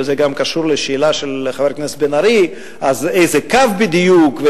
וזה גם קשור לשאלה של חבר הכנסת בן-ארי: איזה קו בדיוק,